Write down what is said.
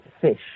fish